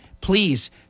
please